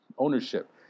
Ownership